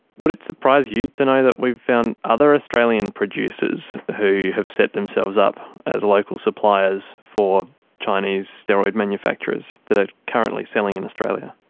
would it surprise you to know that we've found other australian producers who have set themselves up as local suppliers for chinese steroid manufacturers that are currently selling in australia?